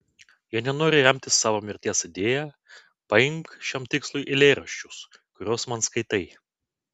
jei nenori remtis savo mirties idėja paimk šiam tikslui eilėraščius kuriuos man skaitai